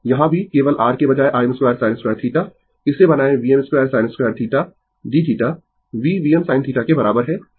यहाँ भी केवल r के बजाय Im2sin2θ इसे बनायें Vm2sin2θdθ V Vm sinθ के बराबर है